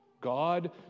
God